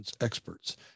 experts